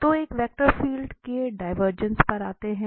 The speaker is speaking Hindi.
तो एक वेक्टर फील्ड के डिवरजेंस पर आते है